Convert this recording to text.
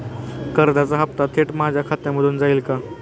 कर्जाचा हप्ता थेट माझ्या खात्यामधून जाईल का?